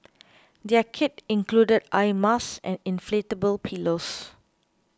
their kit included eye masks and inflatable pillows